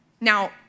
Now